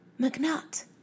McNutt